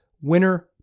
winner